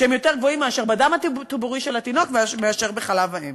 שהם יותר גבוהים מאשר בדם הטבורי של התינוק ומאשר בחלב אם.